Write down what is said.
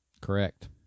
Correct